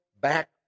back